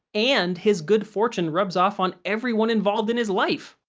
and his good fortune rubs off on everyone involved in his life!